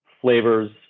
flavors